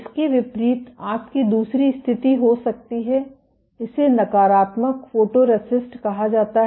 इसके विपरीत आपकी दूसरी स्थिति हो सकती है इसे नकारात्मक फोटोरिस्टिस्ट कहा जाता है